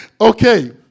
Okay